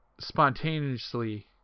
spontaneously